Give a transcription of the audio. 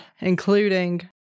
including